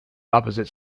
opposite